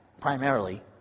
primarily